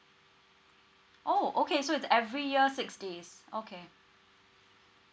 oh okay so it's every year six days okay